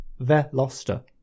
Veloster